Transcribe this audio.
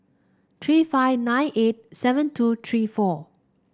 three five nine eight seven two three four